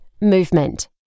Movement